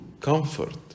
comfort